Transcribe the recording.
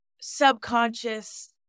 subconscious